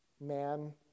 man